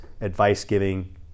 advice-giving